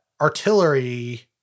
artillery